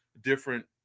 different